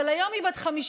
אבל היום היא בת 59,